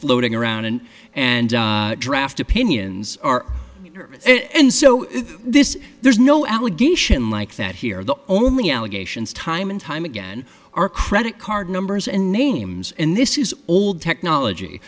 floating around and and draft opinions are and so this there's no allegation like that here the only allegations time and time again are credit card numbers and names and this is old technology